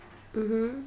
mmhmm